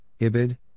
IBID